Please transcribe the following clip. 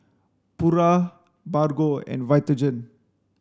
Pura Bargo and Vitagen